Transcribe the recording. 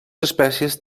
espècies